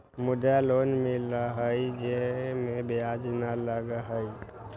मुद्रा लोन मिलहई जे में ब्याज न लगहई?